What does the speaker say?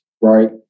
right